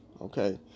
Okay